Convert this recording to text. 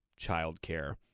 childcare